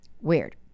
Weird